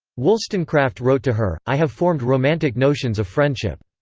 wollstonecraft wrote to her i have formed romantic notions of friendship.